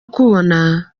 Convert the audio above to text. kubona